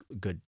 good